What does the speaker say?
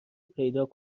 پیدا